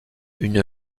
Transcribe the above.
une